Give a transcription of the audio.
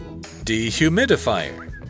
dehumidifier